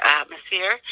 atmosphere